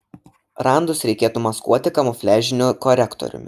randus reikėtų maskuoti kamufliažiniu korektoriumi